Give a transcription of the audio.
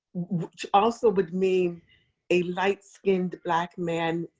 which also would mean a light skinned black man,